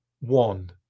One